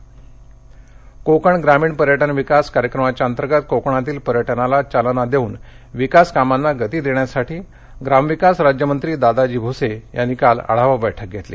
कोकण पर्यटन कोकण ग्रामीण पर्यटन विकास कार्यक्रमांतर्गत कोकणातील पर्यटनाला चालना देऊन विकास कामांना गती देण्यासाठी ग्रामविकास राज्यमंत्री दादाजी भूसे यांनी काल आढावा बैठक घेतली